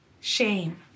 shame